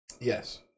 Yes